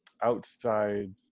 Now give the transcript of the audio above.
outside